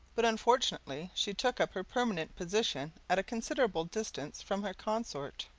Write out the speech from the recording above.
but unfortunately she took up her permanent position at a considerable distance from her consort.